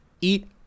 Eat